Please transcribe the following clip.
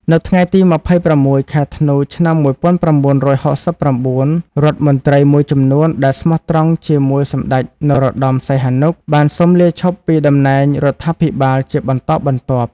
នៅថ្ងៃទី ២៦ ខែធ្នូ ឆ្នាំ ១៩៦៩ រដ្ឋមន្ត្រីមួយចំនួនដែលស្មោះត្រង់ជាមួយសម្ដេចនរោត្តម សីហនុ បានសុំលាឈប់ពីតំណែងរដ្ឋាភិបាលជាបន្តបន្ទាប់។